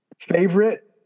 Favorite